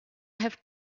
have